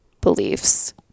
beliefs